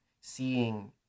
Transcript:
seeing